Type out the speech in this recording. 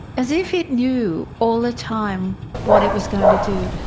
as if it knew all the time what it was going to do.